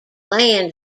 land